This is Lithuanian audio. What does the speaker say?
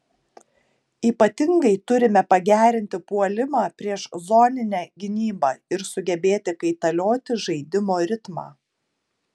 ypatingai turime pagerinti puolimą prieš zoninę gynybą ir sugebėti kaitalioti žaidimo ritmą